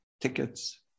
tickets